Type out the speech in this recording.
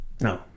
No